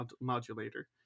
modulator